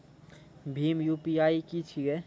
भीम UPI की छीके?